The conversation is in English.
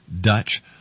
Dutch